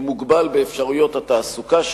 הוא מוגבל באפשרויות התעסוקה שלו,